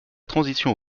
transition